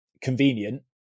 convenient